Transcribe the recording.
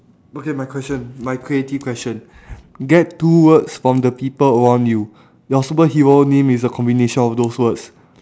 okay my question my creative question get two words from the people around you your superhero name is a combination of those words